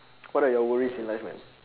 what are your worries in life man